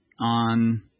on